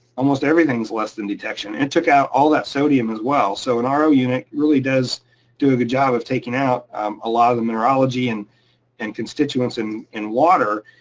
almost everything's less than detection. it took out all that sodium as well. so an ah ro unit really does do a good job of taking out a lot of the mineralogy and and constituents in in water,